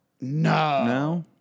No